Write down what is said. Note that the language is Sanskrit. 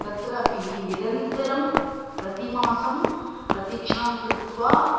तत्रापि निरन्तरं प्रतिमासं प्रतीक्षां कृत्वा